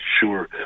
sure